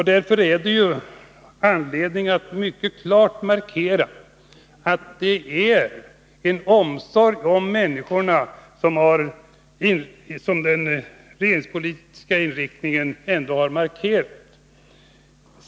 Det finns anledning, tycker jag, att mycket klart understryka att regeringspolitiken innebär omsorg om människorna.